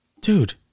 Dude